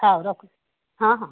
ହଉ ରଖୁଛି ହଁ ହଁ